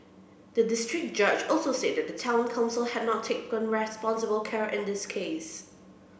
the district judge also said that the Town Council had not taken responsible care in this case